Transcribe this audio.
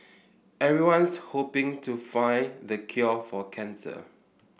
everyone's hoping to find the cure for cancer